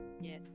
Yes